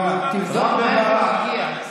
תבדוק מאיפה הוא מגיע.